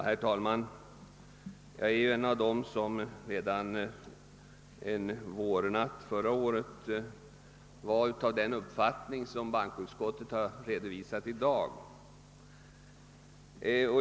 Herr talman! Jag är en av dem som redan en vårnatt förra året uttalade den uppfattning som bankoutskottet redovisar i dag.